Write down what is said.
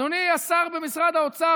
אדוני השר במשרד האוצר,